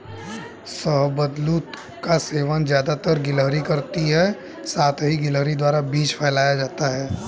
शाहबलूत का सेवन ज़्यादातर गिलहरी करती है साथ ही गिलहरी द्वारा बीज फैलाया जाता है